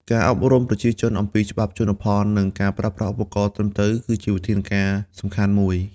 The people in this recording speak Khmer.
ការអប់រំប្រជាជនអំពីច្បាប់ជលផល និងការប្រើប្រាស់ឧបករណ៍ត្រឹមត្រូវគឺជាវិធានការសំខាន់មួយ។